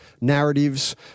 narratives